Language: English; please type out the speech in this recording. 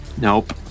Nope